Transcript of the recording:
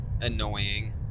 annoying